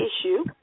issue